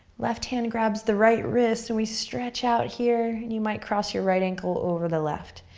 left hand grabs the right wrist and we stretch out here, and you might cross your right ankle over the left.